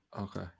okay